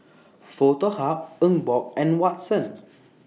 Foto Hub Emborg and Watsons